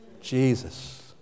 Jesus